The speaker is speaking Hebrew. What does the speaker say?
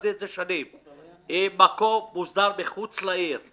להסדיר את זה כך שזה יהיה במקום מוסדר מחוץ לעיר,